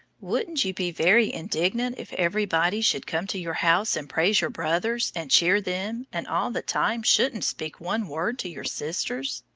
wouldn't you be very indignant if every body should come to your house and praise your brothers, and cheer them, and all the time shouldn't speak one word to your sisters?